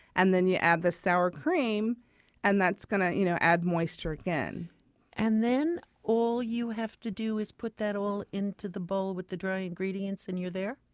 and then you add the sour cream and that's going to you know add moisture again and then all you have to do is put that all into the bowl with the dry ingredients and you're there?